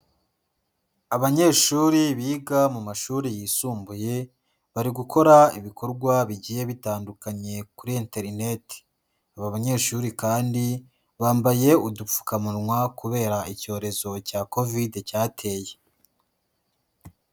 Abanyeshuri biga mu mashuri, yisumbuye bari gukora ibikorwa bigiye bitandukanye kuri interineti, aba banyeshuri kandi bambaye udupfukamunwa kubera icyorezo cya kovidi cyateye.